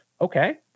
Okay